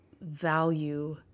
value